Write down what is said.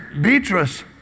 Beatrice